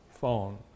phone